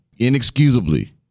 inexcusably